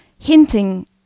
hinting